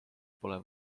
pole